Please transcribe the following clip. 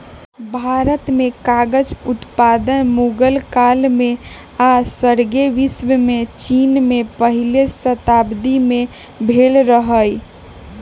भारत में कागज उत्पादन मुगल काल में आऽ सग्रे विश्वमें चिन में पहिल शताब्दी में भेल रहै